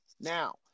now